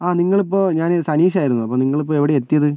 ആ നിങ്ങൾ ഇപ്പോൾ ഞാന് സനീഷ് ആയിരുന്നു അപ്പോൾ നിങ്ങളിപ്പോൾ എവിടെയാണ് എത്തിയത്